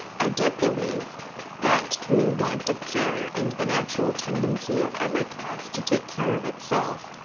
i did believe that through want of care and the natural tendency of every class to take care of itself,